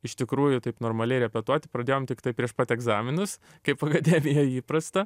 iš tikrųjų taip normaliai repetuoti pradėjom tiktai prieš pat egzaminus kaip akademijoj įprasta